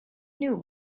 knew